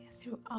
throughout